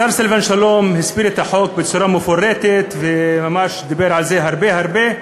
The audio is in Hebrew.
השר סילבן שלום הסביר את החוק בצורה מפורטת וממש דיבר על זה הרבה הרבה,